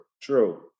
True